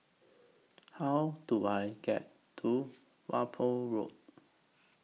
How Do I get to Whampoa Road